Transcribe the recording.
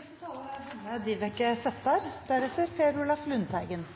Inkludering av mennesker er